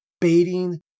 baiting